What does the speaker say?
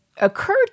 occurred